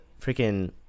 freaking